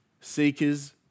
seekers